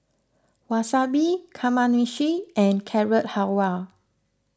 Wasabi Kamameshi and Carrot Halwa